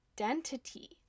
identity